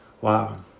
Wow